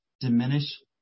diminish